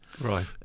Right